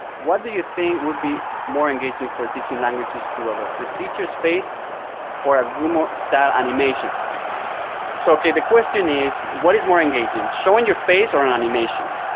what do you think would be more engaging for teaching languages to others, the teacher's face or a grumo-style animation? so okay so the question is, what is more engaging, showing your face or and animation?